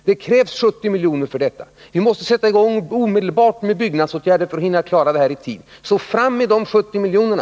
Det krävs 70 milj.kr. för detta, och vi måste sätta i gång omedelbart med byggnadsåtgärderna för att bli klara med dem i tid. Fram alltså med de 70 miljonerna!